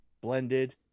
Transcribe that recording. Blended